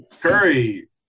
Curry